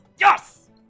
Yes